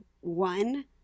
one